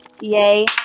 Yay